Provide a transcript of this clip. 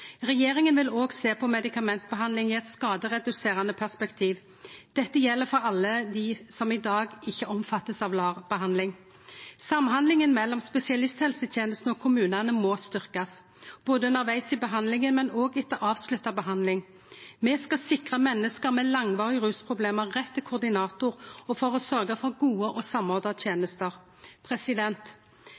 Regjeringa vil òg sjå på medikamentbehandling i eit skadereduserande perspektiv. Dette gjeld for alle dei som i dag ikkje er omfatta av LAR-behandling. Samhandlinga mellom spesialisthelsetenesta og kommunane må styrkast, både underveis i behandlinga, men òg etter avslutta behandling. Me skal sikre menneske med langvarige rusproblem rett til koordinator og sørgje for gode og samordna tenester.